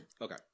Okay